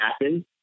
happen